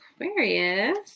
Aquarius